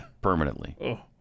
Permanently